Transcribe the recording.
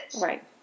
right